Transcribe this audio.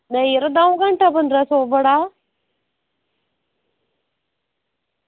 नेईं यरो दौं घैंटे दा पंदरां सौ बड़ा